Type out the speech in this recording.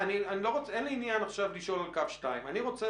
אין לי עניין כרגע לשאול על קו 2. אני רוצה